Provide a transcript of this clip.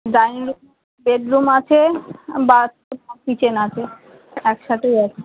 dining bed room আছে bath kitchen আছে একসাথেই আছে